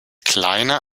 kleiner